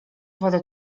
wodę